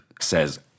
says